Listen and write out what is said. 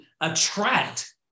attract